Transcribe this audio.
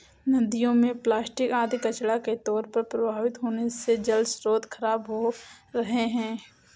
नदियों में प्लास्टिक आदि कचड़ा के तौर पर प्रवाहित होने से जलस्रोत खराब हो रहे हैं